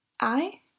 I